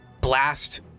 blast